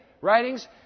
writings